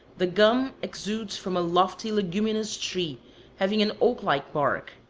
the gum exudes from a lofty leguminous tree having an oak-like bark.